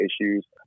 issues